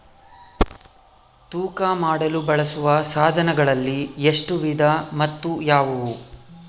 ತೂಕ ಮಾಡಲು ಬಳಸುವ ಸಾಧನಗಳಲ್ಲಿ ಎಷ್ಟು ವಿಧ ಮತ್ತು ಯಾವುವು?